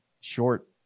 short